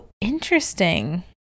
interesting